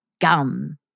Gum